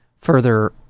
further